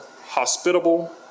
hospitable